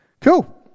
Cool